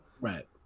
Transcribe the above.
Right